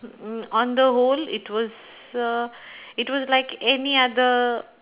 mm on the whole it was uh it was like any other